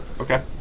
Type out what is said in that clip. Okay